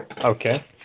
Okay